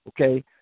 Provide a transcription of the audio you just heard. okay